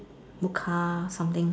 mocha something